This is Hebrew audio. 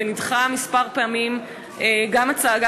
ונדחה כמה פעמים,